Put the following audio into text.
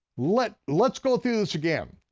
let's let's go through this again.